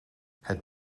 het